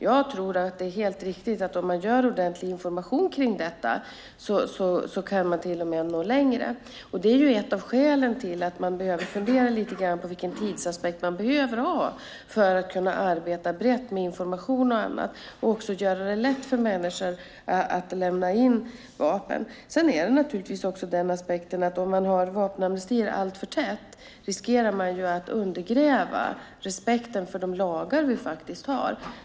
Jag tror det är helt riktigt att man kan nå längre om man gör ordentlig information kring amnestin. Det är ett av skälen till att man behöver fundera lite grann på vilken tidsaspekt man behöver ha för att kunna arbeta brett med information och annat och också göra det lätt för människor att lämna in vapen. Sedan finns naturligtvis också aspekten att om man har vapenamnestier alltför tätt riskerar man att undergräva respekten för de lagar som vi har.